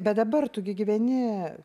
bet dabar tu gi gyveni